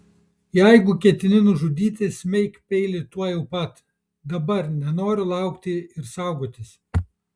jeigu ketini nužudyti smeik peilį tuojau pat dabar nenoriu laukti ir saugotis